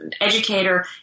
educator